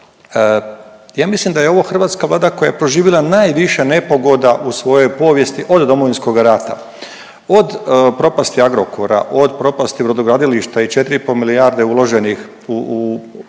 ja mislim da je ovo hrvatska Vlada koja je proživila najviše nepogoda u svojoj povijesti od Domovinskog rata, od propasti Agrokora, od propasti brodogradilišta i 4,5 milijarde uloženih u one